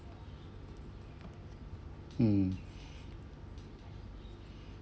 mm